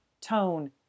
tone